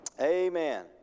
amen